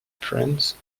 france